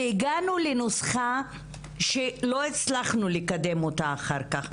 והגענו לנוסחה שלא הצלחנו לקדם אותה אחר-כך.